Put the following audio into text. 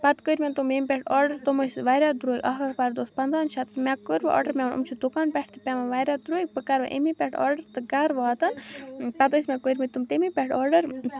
پَتہٕ کٔرۍ مےٚ تِم ییٚمہِ پیٹھٕ آرڈر تِم ٲسۍ واریاہ درٛوگۍ اکھ اکھ پردٕ اوس پَندہَن شیٚتَن مےٚ کٔرۍ وۄنۍ آرڈر مےٚ وون یِم چھِ دُکان پیٹھ تہِ پیٚوان واریاہ درٛوگۍ بہٕ کَرٕ وۄنۍ امے پیٹھٕ آرڈر تہٕ گَرٕ واتَن پَتہٕ ٲسۍ مےٚ کٔرمٕتۍ تِم تمے پیٹھٕ آرڈر